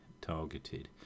targeted